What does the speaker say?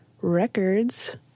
Records